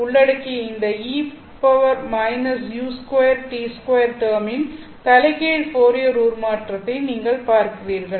12π ஐ உள்ளடக்கிய இந்த e−u2T2 டெர்மின் தலைகீழ் ஃபோரியர் உருமாற்றத்தை நீங்கள் பார்க்கிறீர்கள்